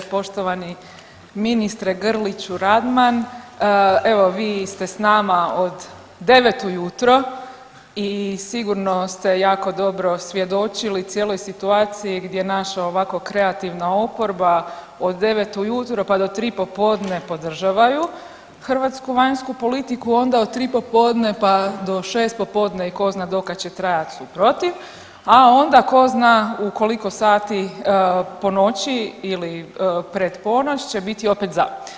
Poštovani ministre Grliću Radman, evo vi ste s nama od 9 ujutro i sigurno ste jako dobro svjedočili cijeloj situaciji gdje naša ovako kreativna oporba od 9 ujutro pa do 3 popodne podržavaju hrvatsku vanjsku politiku, onda od 3 popodne pa do 6 popodne i tko zna dokad će trajat su protiv, a onda tko zna u koliko sati ponoći ili pred ponoć će biti opet za.